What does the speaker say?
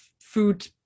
food